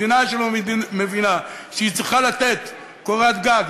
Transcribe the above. מדינה שלא מבינה שהיא צריכה לתת קורת גג,